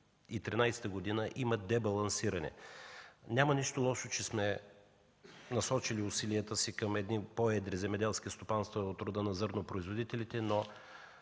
2007-2013 г. има дебалансиране. Няма нищо лошо, че сме насочили усилията си към едни по-едри земеделски стопанства на зърнопроизводителите, но